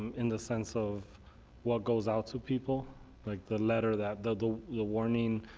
in the sense of what goes out to people like the letter that, the yeah warning,